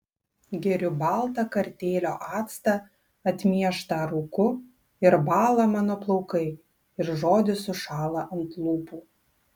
geriu baltą kartėlio actą atmieštą rūku ir bąla mano plaukai ir žodis sušąla ant lūpų